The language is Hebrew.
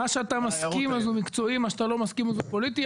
מה שאתה מסכים הוא מקצועי ומה שלא אתה לא מסכים הוא פוליטי?